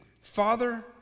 Father